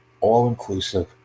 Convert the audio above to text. all-inclusive